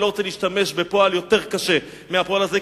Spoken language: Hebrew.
אני לא רוצה להשתמש בפועל יותר קשה מהפועל הזה,